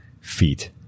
feet